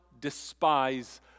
despise